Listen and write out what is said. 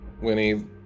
Winnie